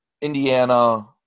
Indiana